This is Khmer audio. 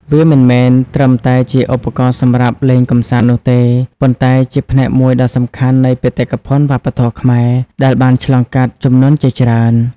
វាមិនមែនត្រឹមតែជាឧបករណ៍សម្រាប់លេងកម្សាន្តនោះទេ ប៉ុន្តែជាផ្នែកមួយដ៏សំខាន់នៃ បេតិកភណ្ឌវប្បធម៌ខ្មែរ ដែលបានឆ្លងកាត់ជំនាន់ជាច្រើន។